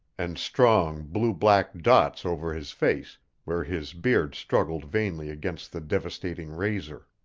and strong blue-black dots over his face where his beard struggled vainly against the devastating razor.